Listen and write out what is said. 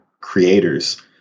creators